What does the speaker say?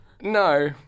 No